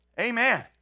Amen